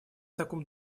таком